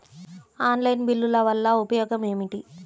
Online బిల్లుల వల్ల ఉపయోగమేమిటీ?